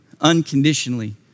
unconditionally